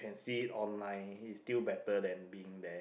you can see it online it's still better than being there